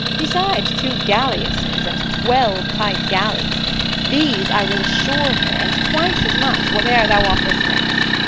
besides two galliasses, and twelve tight galleys these i will assure her, and twice as much, whate'er thou offer'st next.